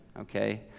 okay